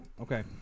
Okay